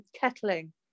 kettling